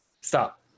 Stop